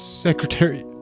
secretary